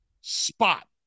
spot